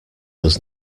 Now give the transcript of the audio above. does